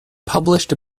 published